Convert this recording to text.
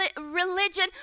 religion